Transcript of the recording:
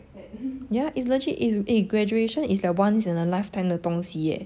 yeah is legit is eh graduation is like once in a lifetime 的东西 eh